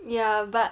ya but